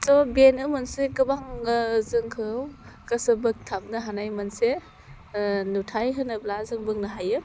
थ बेनो मोनसे गोबां जोंखो गोसो बोगथाबनो हानाय मोनसे नुथाइ होनोब्ला जों बुंनो हायो